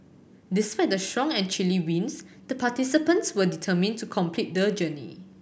despite the strong and chilly winds the participants were determined to complete the journey